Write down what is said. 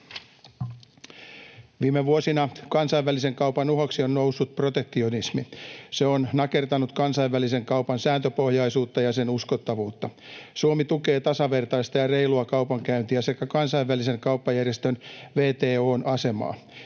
Viime vuosina kansainvälisen kaupan uhaksi on noussut protektionismi. Se on nakertanut kansainvälisen kaupan sääntöpohjaisuutta ja sen uskottavuutta. Suomi tukee tasavertaista ja reilua kaupankäyntiä sekä kansainvälisen kauppajärjestön WTO:n asemaa.